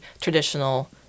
traditional